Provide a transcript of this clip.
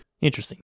Interesting